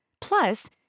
Plus